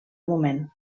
moment